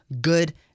good